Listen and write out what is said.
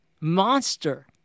monster